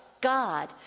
God